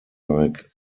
like